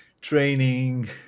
training